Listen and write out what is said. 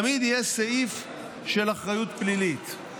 תמיד יהיה סעיף של אחריות פלילית.